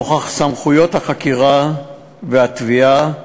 נוכח סמכויות החקירה והתביעה